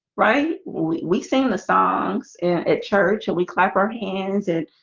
right we sing the songs and at church and we clap our hands and